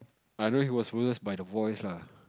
I know he was verse by the voice lah